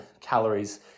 calories